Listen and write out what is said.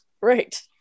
right